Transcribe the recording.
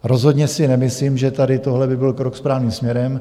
Rozhodně si nemyslím, že tady tohle by byl krok správným směrem.